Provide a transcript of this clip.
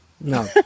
no